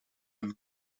een